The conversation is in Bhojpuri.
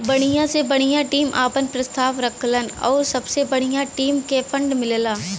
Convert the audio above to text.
बढ़िया से बढ़िया टीम आपन प्रस्ताव रखलन आउर सबसे बढ़िया टीम के फ़ंड मिलला